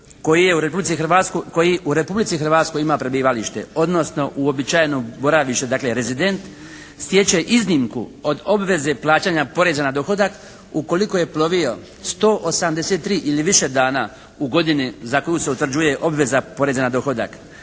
koji u Republici Hrvatskoj ima prebivalište, odnosno uobičajeno boravište, dakle rezident stječe iznimku od obveze plaćanja poreza na dohodak ukoliko je plovio 183 ili više dana u godini za koju se utvrđuje obveza poreza na dohodak.